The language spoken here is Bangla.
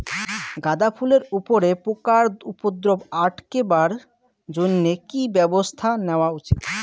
গাঁদা ফুলের উপরে পোকার উপদ্রব আটকেবার জইন্যে কি ব্যবস্থা নেওয়া উচিৎ?